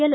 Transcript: L